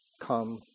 come